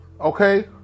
Okay